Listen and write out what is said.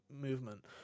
movement